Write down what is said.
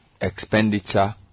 expenditure